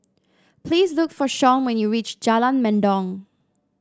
please look for Shawn when you reach Jalan Mendong